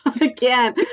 Again